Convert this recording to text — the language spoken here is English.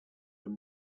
from